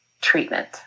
treatment